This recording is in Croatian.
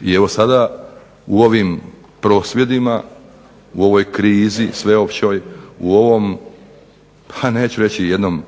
i evo sada u ovim prosvjedima, u ovoj krizi sveopćoj, u ovom pa neću reći jednom